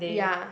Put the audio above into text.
ya